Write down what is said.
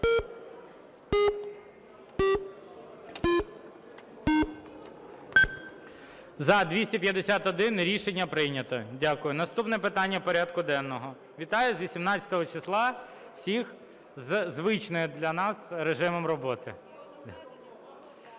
За-251 Рішення прийнято. Дякую. Наступне питання порядку денного... Вітаю, з 18 числа всіх із звичним для нас режимом роботи.